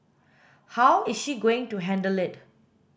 how is she going to handle it